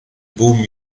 baume